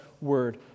Word